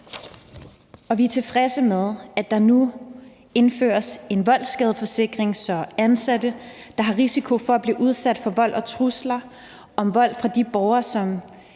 Vi er også tilfredse med, at der nu indføres en voldsskadesforsikring, så ansatte, der har risiko for at blive udsat for vold og trusler om vold fra de borgeres